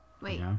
Wait